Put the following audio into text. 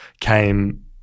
came